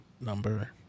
number